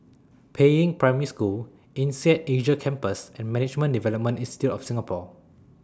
Peiying Primary School Insead Asia Campus and Management Development Institute of Singapore